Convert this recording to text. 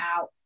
out